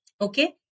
Okay